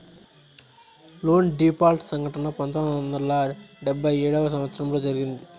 loan default సంఘటన పంతొమ్మిది వందల డెబ్భై ఏడవ సంవచ్చరంలో జరిగింది